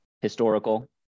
historical